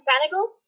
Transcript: Senegal